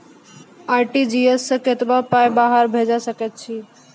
RTGS सअ कतबा पाय बाहर भेज सकैत छी?